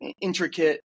intricate